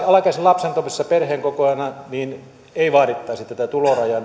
alaikäisen lapsen toimiessa perheenkokoajana ei vaadittaisi tätä tulorajaa